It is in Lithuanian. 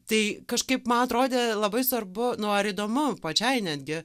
tai kažkaip ma atrodė labai svarbu nu ar įdomu pačiai netgi